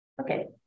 Okay